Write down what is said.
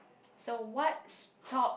so what's top